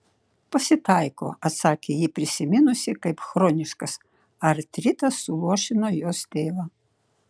pasitaiko atsakė ji prisiminusi kaip chroniškas artritas suluošino jos tėvą